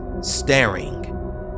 staring